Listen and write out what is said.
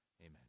amen